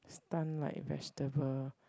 stun like vegetable